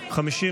נתקבל.